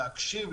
להקשיב,